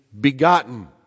begotten